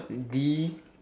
D